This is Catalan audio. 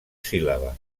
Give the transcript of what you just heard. síl·laba